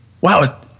wow